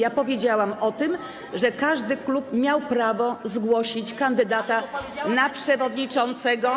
Ja powiedziałam o tym, że każdy klub miał prawo zgłosić kandydata na przewodniczącego.